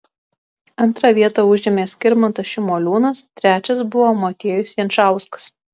antrą vietą užėmė skirmantas šimoliūnas trečias buvo motiejus jančauskas